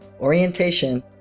orientation